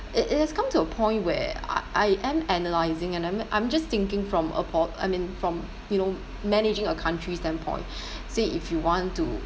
it it has come to a point where I am analysing and I'm I'm just thinking from a poi~ I mean from you know managing a country standpoint say if you want to